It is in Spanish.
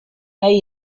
hay